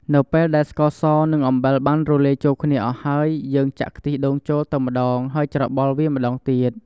នៅពេលដែលស្ករស និងអំបិលបានរលាយចូលគ្នាអស់ហើយ យើងចាក់ខ្ទិះដូងចូលទៅម្ដងហើយច្របល់វាម្ដងទៀត។